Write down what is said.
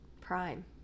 prime